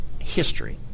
history